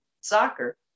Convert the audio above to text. soccer